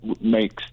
makes